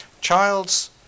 Child's